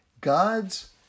God's